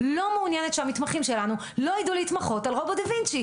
לא מעוניינת שהמתמחים שלנו לא ידעו להתמחות על רובוט דה וינצ'י.